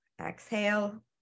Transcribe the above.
exhale